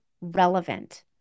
relevant